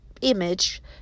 image